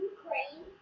Ukraine